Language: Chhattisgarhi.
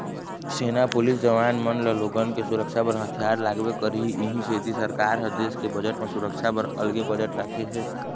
सेना, पुलिस जवान मन ल लोगन के सुरक्छा बर हथियार लागबे करही इहीं सेती सरकार ह देस के बजट म सुरक्छा बर अलगे बजट राखे हे